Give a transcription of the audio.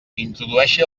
introdueixi